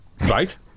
Right